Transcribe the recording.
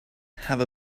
have